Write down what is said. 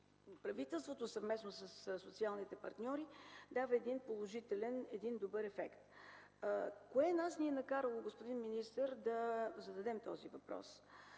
правителството съвместно със социалните партньори, дава положителен, един добър ефект. Кое ни е накарало нас, господин министър, да зададем този въпрос?